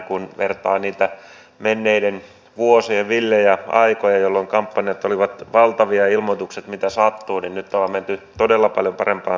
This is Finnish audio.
kun vertaa niihin menneiden vuosien villeihin aikoihin jolloin kampanjat olivat valtavia ja ilmoitukset mitä sattuu niin nyt ollaan menty todella paljon parempaan suuntaan